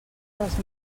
dels